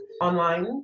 online